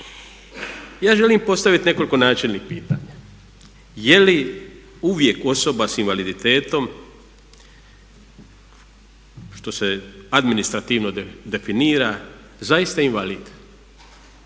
Ja želim postaviti nekoliko načelnih pitanja. Je li uvijek osoba s invaliditetom što se administrativno definira zaista invalid?